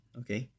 okay